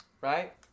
right